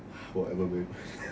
whatever babe